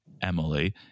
Emily